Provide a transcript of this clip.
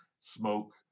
smoke